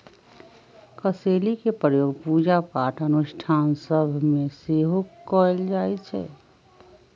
कसेलि के प्रयोग पूजा पाठ अनुष्ठान सभ में सेहो कएल जाइ छइ